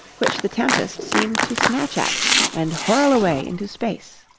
which the tempest seemed to snatch at and whirl away into space